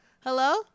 Hello